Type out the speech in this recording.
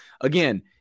again